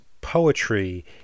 poetry